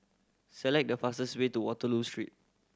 select the fastest way to Waterloo Street